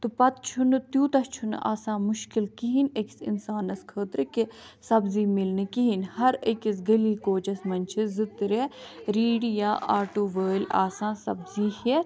تہٕ پَتہٕ چھُنہٕ تیوٗتاہ چھُنہٕ آسان مُشکِل کِہیٖنۍ أکِس اِنسانَس خٲطرٕ کہِ سبزی مِلنہٕ کِہیٖنۍ ہَر أکِس گلی کوچَس منٛز چھِ زٕ ترٛےٚ ریٖڈِ یا آٹوٗ وٲلۍ آسان سبزی ہیٚتھ